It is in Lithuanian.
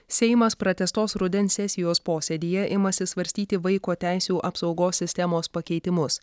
seimas pratęstos rudens sesijos posėdyje imasi svarstyti vaiko teisių apsaugos sistemos pakeitimus